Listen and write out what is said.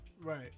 Right